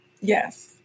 Yes